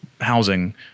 housing